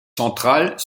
centrales